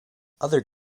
other